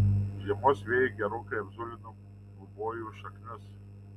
žiemos vėjai gerokai apzulino gubojų šaknis